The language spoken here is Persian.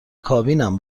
کابینم